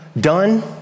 done